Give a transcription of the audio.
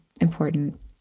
important